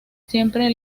siempre